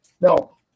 no